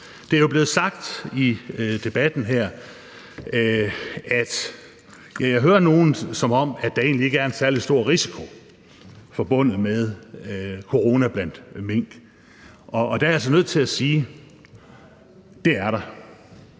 Det er jo blevet sagt i debatten her. Som jeg hører det på nogle, er det, som om der egentlig ikke er en særlig stor risiko forbundet med corona blandt mink, og der er jeg altså nødt til at sige, at det er der.